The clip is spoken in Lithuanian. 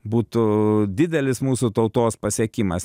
būtų didelis mūsų tautos pasiekimas